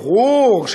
ברור.